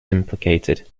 implicated